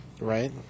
Right